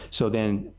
so then,